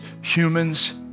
humans